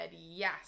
yes